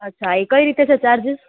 અચ્છા ઈ કઈ રીતે છે ચાર્જિસ